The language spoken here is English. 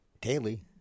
Daily